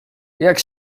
jak